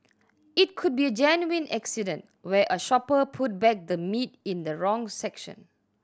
it could be a genuine accident where a shopper put back the meat in the wrong section